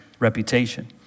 Reputation